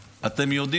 אבל הוא אמר.